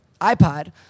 iPod